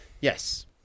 Yes